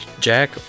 Jack